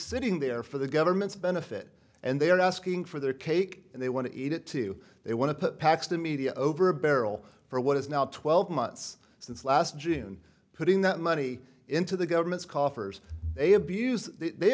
sitting there for the government's benefit and they are asking for their cake and they want to eat it too they want to put paxton media over a barrel for what is now twelve months since last june putting that money into the government's coffers they abuse they